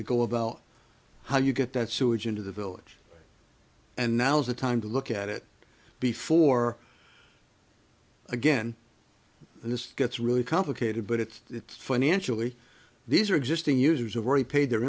to go about how you get that sewage into the village and now's the time to look at it before again and this gets really complicated but it's financially these are existing users have already paid their